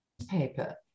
paper